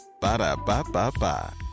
Ba-da-ba-ba-ba